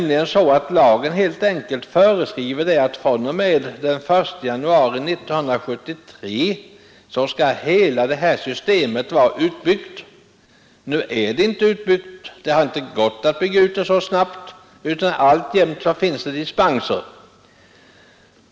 Lagen föreskriver ju helt enkelt att fr.o.m. den 1 januari 1973 skall hela det här systemet vara utbyggt. Nu är det inte utbyggt — det har inte gått att göra det så snabbt — utan alltjämt finns det dispenser.